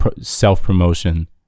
self-promotion